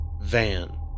van